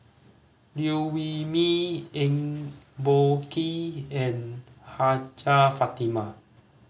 Liew Wee Mee Eng Boh Kee and Hajjah Fatimah